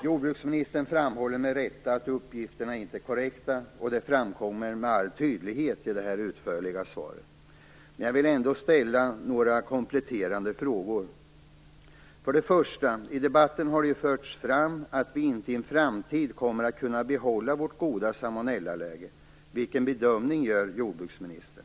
Jordbruksministern framhåller med rätta att uppgifterna inte är korrekta. Det framkommer med all tydlighet av det utförliga svaret. Jag skall ändå ställa några kompletterade frågor. För det första: I debatten har det förts fram att Sverige inte i en framtid kommer att kunna behålla sitt goda salmonellaläge. Vilken bedömning gör jordbruksministern?